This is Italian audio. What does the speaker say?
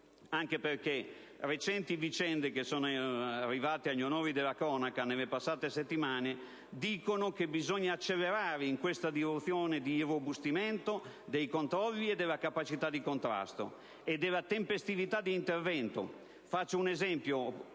anche perché recenti vicende arrivate agli onori della cronaca nelle passate settimane dicono che bisogna accelerare in questa direzione di irrobustimento dei controlli, della capacità di contrasto e della tempestività di intervento. Faccio un esempio: